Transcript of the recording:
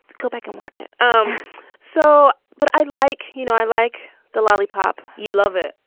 come back and watch it um so but i like you know, i like the lollipop you love it.